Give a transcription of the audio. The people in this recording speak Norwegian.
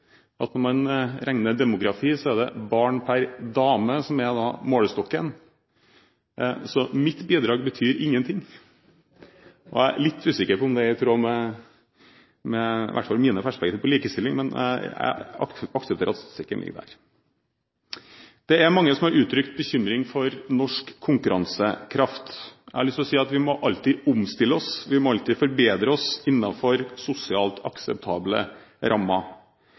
at når man regner demografi, så er det barn per dame som er målestokken, så mitt bidrag betyr ingenting. Jeg er litt usikker på om det er i tråd med i hvert fall mine perspektiver på likestilling, men jeg aksepterer at statistikken ligger der. Det er mange som har uttrykt bekymring for norsk konkurransekraft. Jeg har lyst til å si at vi må alltid omstille oss, vi må alltid forbedre oss innenfor sosialt akseptable rammer.